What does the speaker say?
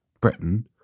Britain